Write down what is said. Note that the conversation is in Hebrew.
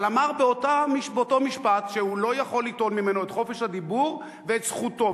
אבל אמר באותו משפט שהוא לא יכול ליטול ממנו את חופש הדיבור ואת זכותו,